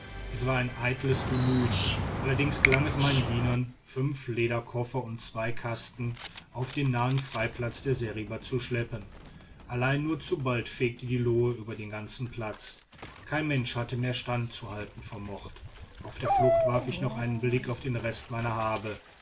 es war ein eitles bemühen allerdings gelang es meinen dienern fünf lederkoffer und zwei kasten auf den nahen freiplatz der seriba zu schleppen allein nur zu bald fegte die lohe über den ganzen platz kein mensch hätte mehr standzuhalten vermocht auf der flucht warf ich noch einen blick auf den rest meiner habe